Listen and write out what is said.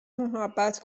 محبت